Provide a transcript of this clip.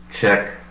check